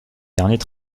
derniers